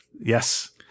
Yes